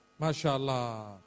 MashaAllah